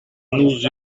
nous